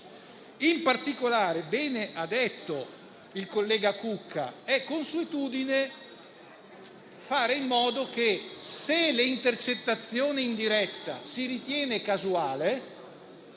In particolare, bene ha detto il collega Cucca: è consuetudine fare in modo che, se l'intercettazione indiretta si ritiene casuale,